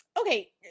okay